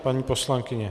Paní poslankyně.